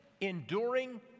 enduring